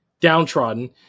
downtrodden